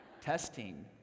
testing